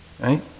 right